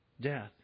death